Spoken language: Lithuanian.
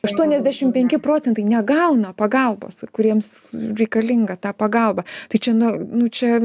aštuoniasdešim penki procentai negauna pagalbos kuriems reikalinga ta pagalba tai čia nu nu čia